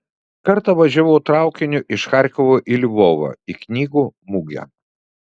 kartą važiavau traukiniu iš charkovo į lvovą į knygų mugę